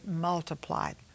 multiplied